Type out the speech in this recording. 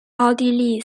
奥地利